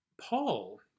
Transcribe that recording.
Paul